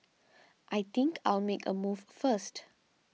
I think I'll make a move first